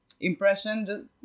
impression